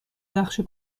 نقشه